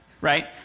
Right